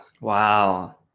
wow